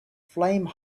flame